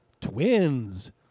twins